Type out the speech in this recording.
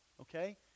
Okay